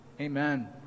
amen